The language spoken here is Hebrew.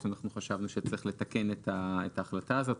אנחנו חשבנו שצריך לתקן את ההחלטה הזאת.